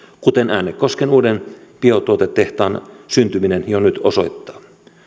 kuten äänekosken uuden biotuotetehtaan syntyminen jo nyt osoittaa